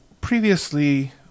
previously